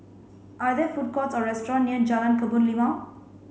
are there food courts or restaurant near Jalan Kebun Limau